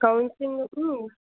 కౌన్సిలింగుకు